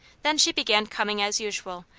then she began coming as usual,